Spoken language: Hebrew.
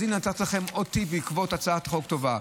אז הינה, נתתי לכם עוד טיפ בעקבות הצעת חוק טובה.